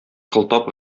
кылтап